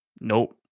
Nope